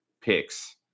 picks